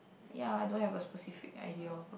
ya I don't have a specific ideal